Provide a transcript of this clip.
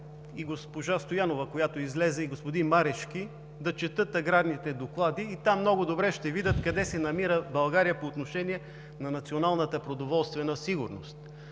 и госпожа Стоянова, която излезе, и господин Марешки да четат аграрните доклади. Там много добре ще видят къде се намира България по отношение на националната продоволствена сигурност.